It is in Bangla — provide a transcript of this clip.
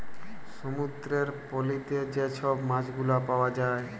সমুদ্দুরের পলিতে যে ছব মাছগুলা পাউয়া যায়